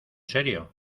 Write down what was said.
serio